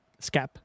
Scap